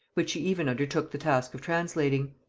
which she even undertook the task of translating.